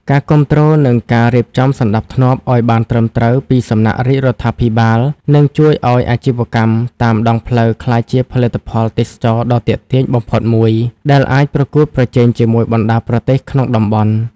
ការគាំទ្រ និងការរៀបចំសណ្ដាប់ធ្នាប់ឱ្យបានត្រឹមត្រូវពីសំណាក់រាជរដ្ឋាភិបាល នឹងជួយឱ្យអាជីវកម្មតាមដងផ្លូវក្លាយជាផលិតផលទេសចរណ៍ដ៏ទាក់ទាញបំផុតមួយ ដែលអាចប្រកួតប្រជែងជាមួយបណ្ដាប្រទេសក្នុងតំបន់។